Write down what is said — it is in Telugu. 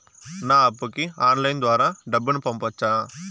నా అప్పుకి ఆన్లైన్ ద్వారా డబ్బును పంపొచ్చా